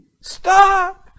Stop